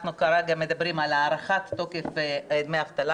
כרגע אנחנו מדברים על הארכת תוקף דמי אבטלה,